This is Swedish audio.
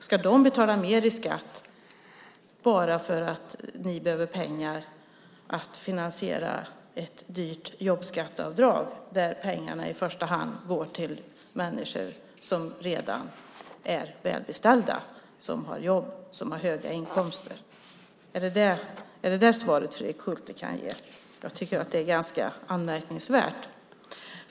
Ska de betala mer i skatt bara för att ni behöver pengar till att finansiera ett dyrt jobbskatteavdrag där pengarna i första hand går till människor som redan är välbeställda och som har jobb och höga inkomster? Är detta det svar Fredrik Schulte kan ge? Jag tycker att det hela är ganska anmärkningsvärt.